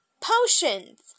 potions